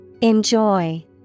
Enjoy